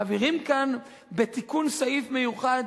מעבירים כאן, בתיקון סעיף מיוחד,